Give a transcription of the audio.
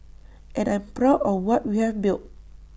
and I'm proud of what we've built